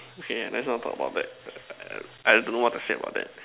okay lets not talk about that I don't know what to say about that